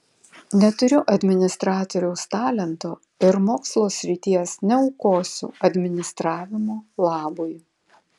neturiu administratoriaus talento ir mokslo srities neaukosiu administravimo labui